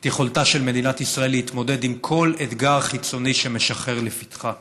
את יכולתה של מדינת ישראל להתמודד עם כל אתגר חיצוני שמשחר לפתחה.